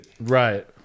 right